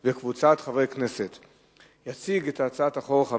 ותעבור לוועדת הפנים והגנת הסביבה להכנה לקריאה השנייה